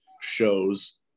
shows